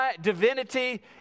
divinity